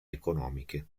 economiche